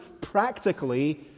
practically